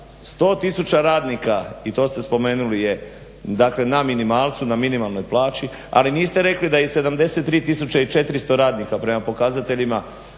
100 tisuća radnika i to ste spomenuli je, dakle na minimalcu, na minimalnoj plaći ali niste rekli da je i 73 400 radnika prema pokazateljima